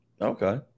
Okay